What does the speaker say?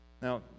Now